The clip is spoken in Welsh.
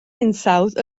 hinsawdd